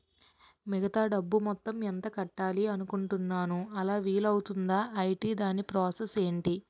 మిగతా డబ్బు మొత్తం ఎంత కట్టాలి అనుకుంటున్నాను అలా వీలు అవ్తుంధా? ఐటీ దాని ప్రాసెస్ ఎంటి?